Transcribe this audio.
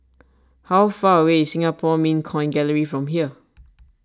how far away is Singapore Mint Coin Gallery from here